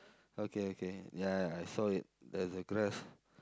okay okay ya I saw it there's a grass